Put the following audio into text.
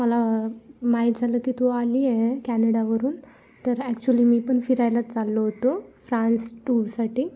मला माहीत झालं की तू आली आहे कॅनडावरून तर ॲक्चुअली मी पण फिरायलाच चाललो होतो फ्रान्स टूरसाठी